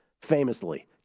famously